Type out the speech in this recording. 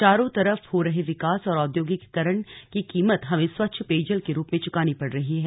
चारों तरफ हो रहे विकास और औद्योगिकरण की कीमत हमें स्वच्छ पेयजल के रूप में चुकानी पड़ रही है